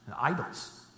Idols